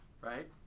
right